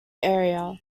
area